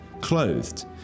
clothed